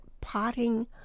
potting